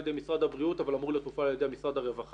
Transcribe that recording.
ידי משרד הבריאות אבל אמור להיות מופעל על ידי משרד הרווחה.